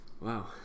Wow